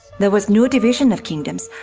there was no division of kingdoms,